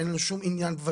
אין לנו שום עניין לא